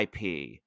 IP